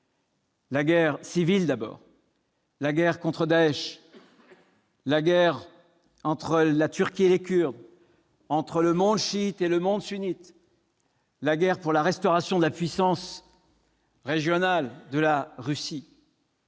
la guerre civile, la guerre contre Daech, la guerre entre la Turquie et les Kurdes, la guerre entre le monde chiite et le monde sunnite, la guerre pour la restauration de la puissance régionale de la Russie.